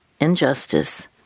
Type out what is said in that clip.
injustice